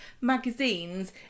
magazines